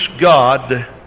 God